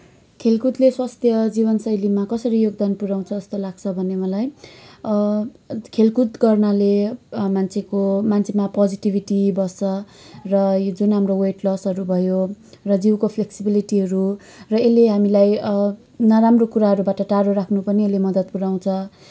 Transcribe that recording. खेलकुदले स्वस्थ जीवन शैलीमा कसरी योगदान पुऱ्याउँछ जस्तो लाग्छ भने मलाई खेलकुद गर्नाले मान्छेको मान्छेमा पोजिटिभिटी बस्छ र यो जुन हाम्रो वेट लसहरू भयो र जिउको फ्लेक्सिबिलिटीहरू र यसले हामीलाई नराम्रो कुराहरूबाट टाढो राख्नु पनि यसले मद्दत पुऱ्याउँछ